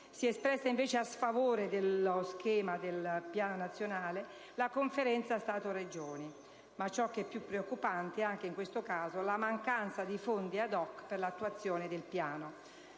Si è espressa invece in senso sfavorevole sullo schema del Piano nazionale la Conferenza Stato-Regioni. Ma ciò che è più preoccupante è anche in questo caso la mancanza di fondi *ad hoc* per l'attuazione del Piano.